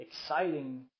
exciting